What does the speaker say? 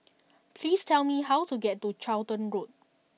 please tell me how to get to Charlton Road